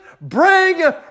bring